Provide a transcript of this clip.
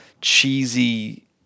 cheesy